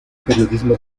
periodismo